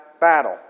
battle